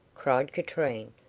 cried katrine,